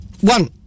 One